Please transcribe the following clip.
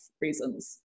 reasons